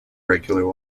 regular